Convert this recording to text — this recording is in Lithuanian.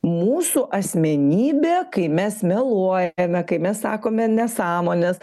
mūsų asmenybė kai mes meluojame kai mes sakome nesąmones